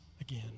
again